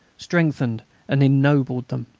strengthened and ennobled them.